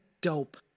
dope